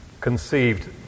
conceived